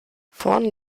vorn